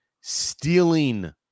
stealing